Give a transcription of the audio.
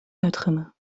uitgommen